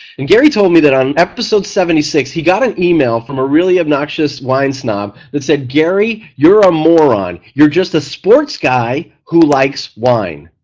and gary told me that on episode seventy six he got an email from a really obnoxious wine snob that said gary, you're a moron. you're just a sports guy who likes wine.